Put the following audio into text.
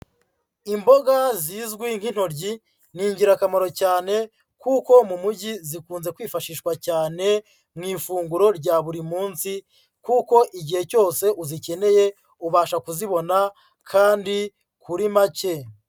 Imboga zizwi nk'intoryi ni ingirakamaro cyane kuko Mujyi zikunze kwifashishwa cyane mu ifunguro rya buri munsi, kuko igihe cyose uzikeneye ubasha kuzibona kandi kuri make.